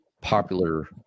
popular